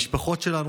המשפחות שלנו,